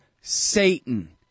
Satan